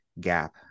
gap